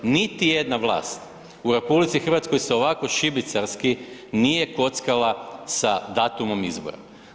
Niti jedna vlast u RH se ovako šibicarski nije kockala sa datumom izbora.